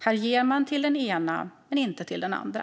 Här ger man till den ena men inte till den andra.